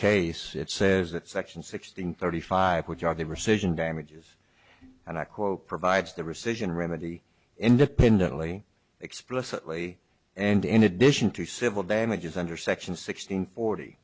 case it says that section sixteen thirty five which are the rescission damages and i quote provides the rescission remedy independently explicitly and in addition to civil damages under section sixteen forty